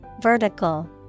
Vertical